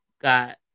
got